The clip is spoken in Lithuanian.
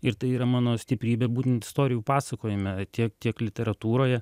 ir tai yra mano stiprybė būtent istorijų pasakojime tiek tiek literatūroje